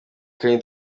kanye